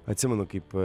atsimenu kaip